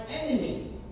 enemies